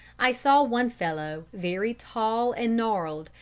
i saw one fellow, very tall and gnarled,